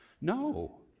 No